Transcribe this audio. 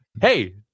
Hey